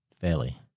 fairly